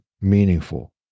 meaningful